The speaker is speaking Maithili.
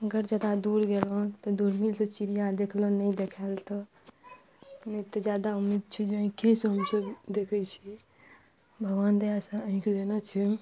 घर जादा दूर गेलहुॅं तऽ दुरबीनसॅं चिड़िआ देखलहुॅं नहि देखाएल तऽ जादा उम्मीद छै जे ऑंखिसँ हमसब देखै छी भगवान दया सऽ ऑंखि जेना छै